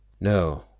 No